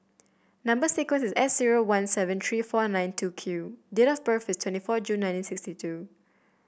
number sequence is S zero one seven three four nine two Q date of birth is twenty four June nineteen sixty two